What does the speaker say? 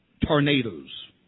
tornadoes